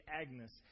Agnes